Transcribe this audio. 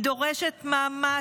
היא דורשת מאמץ,